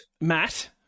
Matt